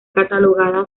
catalogada